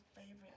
favorite